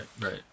right